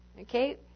okay